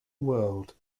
world